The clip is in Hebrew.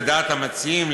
לדעת המציעים,